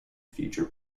future